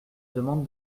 demande